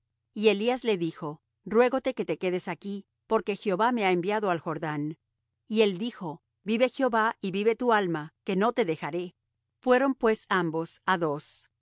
y elías le dijo ruégote que te quedes aquí porque jehová me ha enviado al jordán y él dijo vive jehová y vive tu alma que no te dejaré fueron pues ambos á dos